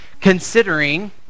considering